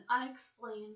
unexplained